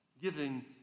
giving